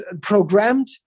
programmed